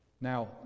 Now